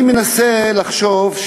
אני מנסה לחשוב,